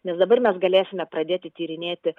nes dabar mes galėsime pradėti tyrinėti